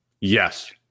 Yes